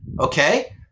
Okay